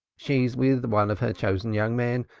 she is with one of her chosen young men.